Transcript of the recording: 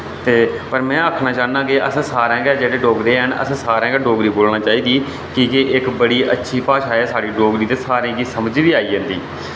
ते पर मैं आखना चाहन्नां के असें सारें गै जेह्ड़े डोगरे हैन असें सारें गै डोगरी बोलने चाहिदी कि के इक बड़ी अच्छी भाशा ऐ साढ़ी डोगरी ते सारें गी समझ बी आई जन्दी